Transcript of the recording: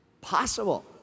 possible